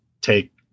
take